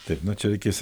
taip na čia reikės